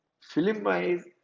film-wise